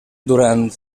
durant